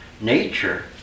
nature